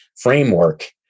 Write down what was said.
framework